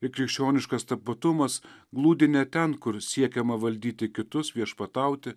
ir krikščioniškas tapatumas glūdi ne ten kur siekiama valdyti kitus viešpatauti